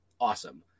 Awesome